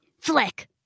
Flick